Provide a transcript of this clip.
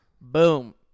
Boom